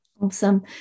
Awesome